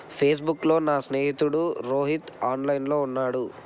ఫేస్బుక్లో నా స్నేహితుడు రోహిత్ ఆన్లైన్లో ఉన్నాడు